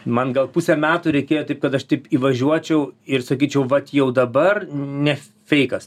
man gal pusę metų reikėjo taip kad aš taip įvažiuočiau ir sakyčiau vat jau dabar ne feikas